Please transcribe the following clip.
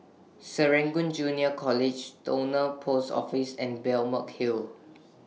Serangoon Junior College Towner Post Office and Balmeg Hill